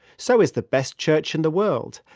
so is the best church in the world,